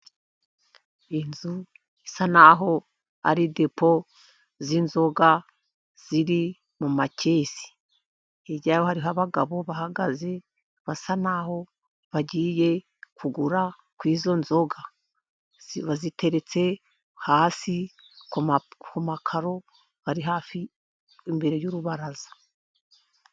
Inzu isa naho ari depo y' inzoga ziri mu makesi hirya yaho hari abagabo bahagaze, basa naho bagiye kugura kwizo nzoga, ziba ziteretse hasi ku makaro ari hafi imbere y' urubaraza.